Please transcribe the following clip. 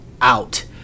out